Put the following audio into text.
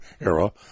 era